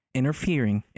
interfering